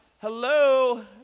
hello